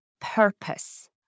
purpose